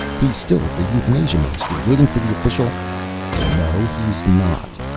he's still at the euthanasia ministry, waiting for the official no, he's not,